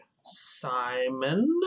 Simon